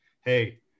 hey